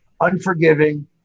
unforgiving